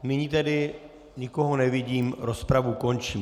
Nyní tedy nikoho nevidím, rozpravu končím.